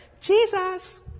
Jesus